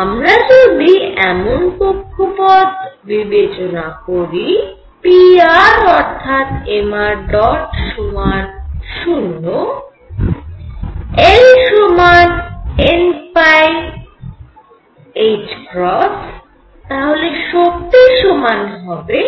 আমরা যদি এমন কক্ষপথ বিবেচনা করি pr অর্থাৎ mṙ সমান 0 L সমান n তাহলে শক্তি সমান হবে